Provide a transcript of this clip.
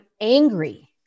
angry